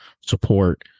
support